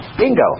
Bingo